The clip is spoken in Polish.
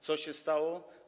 Co się stało?